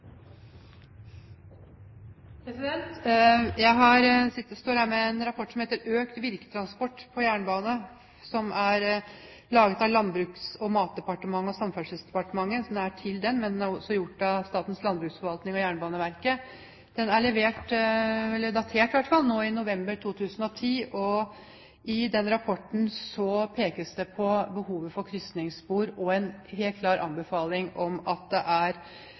står her med en rapport som heter «Økt virkestransport på jernbane», som er laget på oppdrag av Landbruks- og matdepartementet og Samferdselsdepartementet. Prosjektet er ledet av Statens landbruksforvaltning og Jernbaneverket. Rapporten er datert nå i november 2010. I rapporten pekes det på behovet for krysningsspor. Arbeidsgruppen anbefaler at Jernbaneverket prioriterer nytt krysningsspor på Kongsvingerbanen, og at det